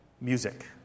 music